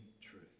truth